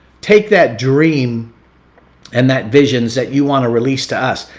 take that dream and that visions that you want to release to us.